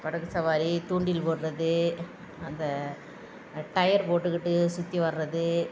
படகு சவாரி தூண்டில் போடுறது அந்த டயர் போட்டுக்கிட்டு சுற்றி வர்றது